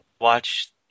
watch